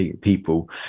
people